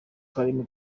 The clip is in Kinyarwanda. karim